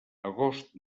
agost